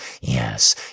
Yes